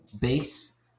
base